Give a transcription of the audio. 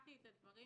שמעתי את הדברים.